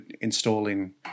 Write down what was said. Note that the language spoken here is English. installing